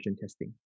testing